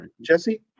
Jesse